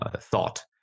thought